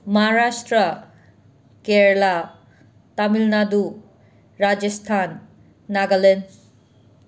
Maharashtra Kerala Tamil Nadu Rajasthan Nagaland